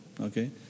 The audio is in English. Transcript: Okay